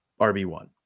RB1